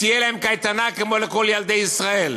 תהיה קייטנה כמו לכל ילדי ישראל,